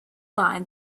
bind